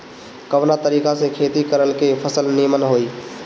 कवना तरीका से खेती करल की फसल नीमन होई?